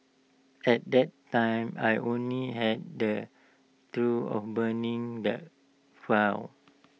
at that time I only had the thought of burning the file